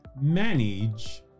manage